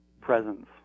presence